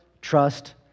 trust